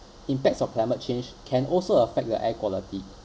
impacts of climate change can also affect the air quality